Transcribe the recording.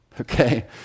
Okay